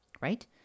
right